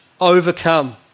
Overcome